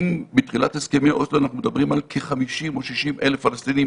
אם בתחילת הסכמי אוסלו אנחנו מדברים על כ-50,000 או 60,000 פלסטינים